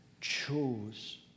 chose